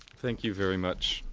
thank you, very much.